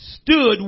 stood